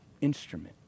instrument